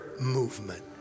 movement